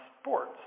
sports